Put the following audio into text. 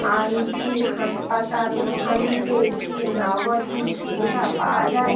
ivy হাসপাতাল মোহালিতে কি নগদহীন সুবিধা পাওয়া যায়